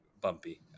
bumpy